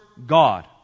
God